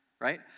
right